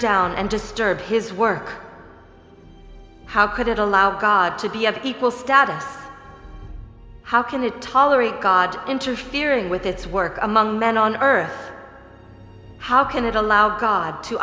down and disturb his work how could it allow god to be of equal status how can it tolerate god interfering with its work among men on earth how can it allow god to